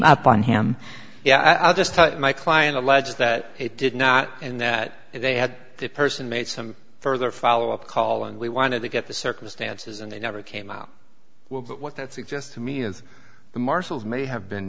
up on him yeah i just thought my client alleges that it did not and that they had the person made some further follow up call and we wanted to get the circumstances and they never came out what that suggests to me is the marshals may have been